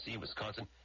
Wisconsin